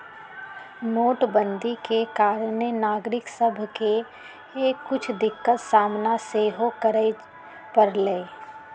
नोटबन्दि के कारणे नागरिक सभके के कुछ दिक्कत सामना सेहो करए परलइ